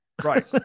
Right